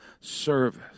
service